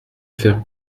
faire